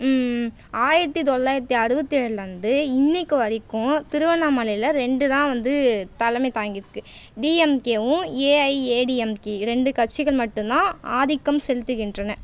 ஆயிரத்து தொள்ளாயிரத்து அறுபத்தேழுல இருந்து இன்னைக்கு வரைக்கும் திருவண்ணாமலையில் ரெண்டு தான் வந்து தலைமை தாங்கிருக்கு டிஎம்கேவும் ஏஐஏடிஎம்கே ரெண்டு கட்சிகள் மட்டும்தான் ஆதிக்கம் செலுத்துகின்றன